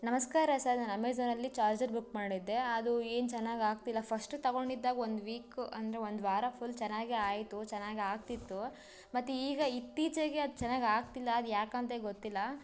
ನಮಸ್ಕಾರ ಸರ್ ನಾನು ಅಮೆಜಾನ್ನಲ್ಲಿ ಚಾರ್ಜರ್ ಬುಕ್ ಮಾಡಿದ್ದೆ ಅದು ಏನು ಚೆನ್ನಾಗಿ ಆಗ್ತಿಲ್ಲ ಫಸ್ಟ್ ತಗೊಂಡಿದ್ದಾಗ ಒಂದು ವೀಕ್ ಅಂದರೆ ಒಂದು ವಾರ ಫುಲ್ ಚೆನ್ನಾಗಿ ಆಯಿತು ಚೆನ್ನಾಗಿ ಆಗ್ತಿತ್ತು ಮತ್ತು ಈಗ ಇತ್ತೀಚೆಗೆ ಅದು ಚೆನ್ನಾಗಿ ಆಗ್ತಿಲ್ಲ ಅದು ಯಾಕಂದೇ ಗೊತ್ತಿಲ್ಲ